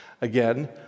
Again